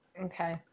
Okay